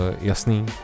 jasný